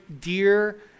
dear